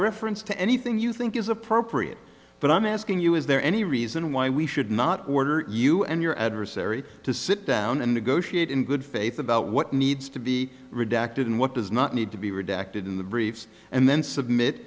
reference to anything you think is appropriate but i'm asking you is there any reason why we should not order you and your adversary to sit down and negotiate in good faith about what needs to be redacted and what does not need to be redacted in the briefs and then submit